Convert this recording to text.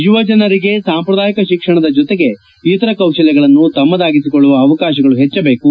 ಯುವ ಜನರಿಗೆ ಸಾಂಪ್ರದಾಯಿಕ ಶಿಕ್ಷಣದ ಜೊತೆಗೆ ಇತರ ಕೌಶಲ್ಯಗಳನ್ನು ತಮ್ಮದಾಗಿಸಿಕೊಳ್ಳುವ ಅವಕಾಶಗಳು ಹೆಚ್ಚದೇಕು